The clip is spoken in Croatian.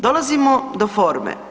Dolazimo do forme.